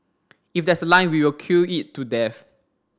if there's a line we will queue it to death